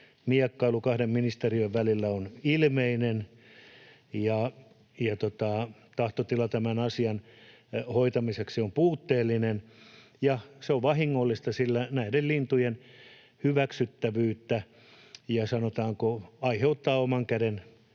miekkailu kahden ministeriön välillä on ilmeinen ja tahtotila tämän asian hoitamiseksi on puutteellinen. Se on vahingollista, sillä näiden lintujen hyväksyttävyys, sanotaanko, aiheuttaa oman käden